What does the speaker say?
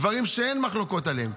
דברים שאין מחלוקות עליהם.